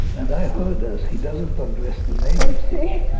and i heard as he doesn't undress the maid ah so yeah